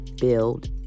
build